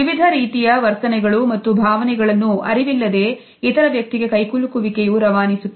ವಿವಿಧ ರೀತಿಯ ವರ್ತನೆಗಳು ಮತ್ತು ಭಾವನೆಗಳನ್ನು ಅರಿವಿಲ್ಲದೆ ಇತರ ವ್ಯಕ್ತಿಗೆ ಕೈಕುಲುಕುವಿಕೆಯು ರವಾನಿಸುತ್ತದೆ